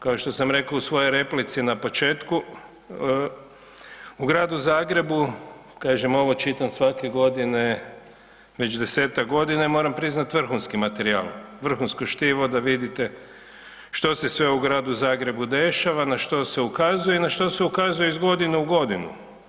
Kao što sam rekao u svojoj replici na početku u Gradu Zagrebu, kažem ovo čitam svake godine već desetak godina i moram priznati vrhunski materijal, vrhunsko štivo da vidite što se sve u Gradu Zagrebu dešava, na što se ukazuje i na što se ukazuje iz godine u godinu.